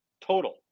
total